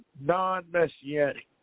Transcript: non-Messianic